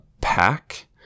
pack